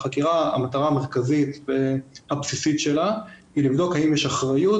המטרה המרכזית והבסיסית שלה היא לבדוק האם יש אחריות